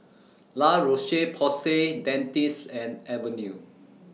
La Roche Porsay Dentiste and Avene